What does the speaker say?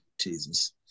Jesus